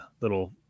little